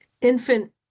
infant